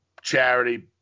charity